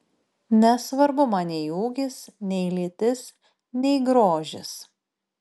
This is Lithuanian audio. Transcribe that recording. nesvarbu man nei ūgis nei lytis nei grožis